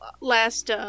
last